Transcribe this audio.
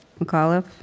McAuliffe